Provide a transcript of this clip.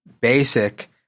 basic